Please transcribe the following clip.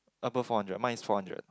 above four hundred mine is four hundred